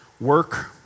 work